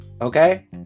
okay